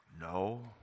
No